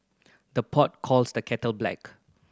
the pot calls the kettle black